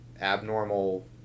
abnormal